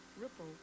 ripple